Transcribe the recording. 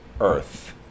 Earth